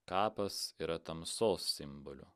kapas yra tamsos simbolio